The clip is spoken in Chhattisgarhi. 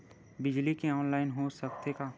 बिजली के ऑनलाइन हो सकथे का?